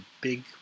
big